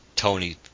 Tony